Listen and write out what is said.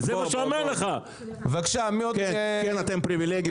אתם פריבילגים.